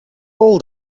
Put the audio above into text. old